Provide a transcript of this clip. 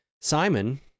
Simon—